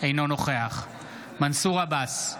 אינו נוכח מנסור עבאס,